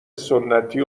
سنتی